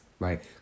right